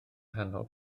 nghanol